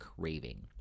craving